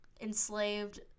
enslaved